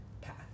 path